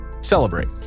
celebrate